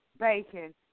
bacon